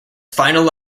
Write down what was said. final